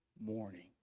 morning